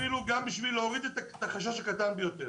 אפילו גם כדי להוריד את החשש הקטן ביותר.